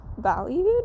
valued